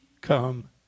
come